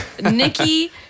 Nikki